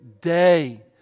day